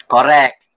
Correct